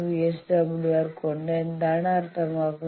5 VSWR കൊണ്ട് എന്താണ് അർത്ഥമാക്കുന്നത്